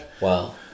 Wow